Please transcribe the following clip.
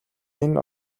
нэн